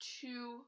two